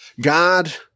God